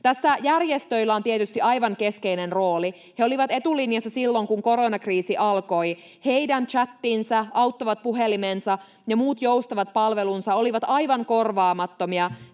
Tässä järjestöillä on tietysti aivan keskeinen rooli. He olivat etulinjassa silloin, kun koronakriisi alkoi. Heidän chatinsa, auttavat puhelimensa ja muut joustavat palvelunsa olivat aivan korvaamattomia